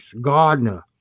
Gardner